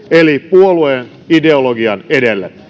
eli puolueen ideologian edelle kansakunnan etu